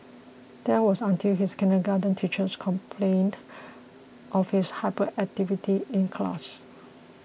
that was until his kindergarten teachers complained of his hyperactivity in class